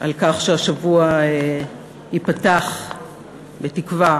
על כך שהשבוע ייפתח בתקווה,